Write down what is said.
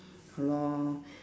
好 lor